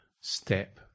step